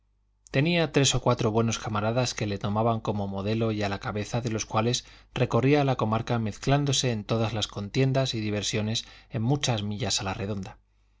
tenía tres o cuatro buenos camaradas que le tomaban como modelo y a la cabeza de los cuales recorría la comarca mezclándose en todas las contiendas y diversiones en muchas millas a la redonda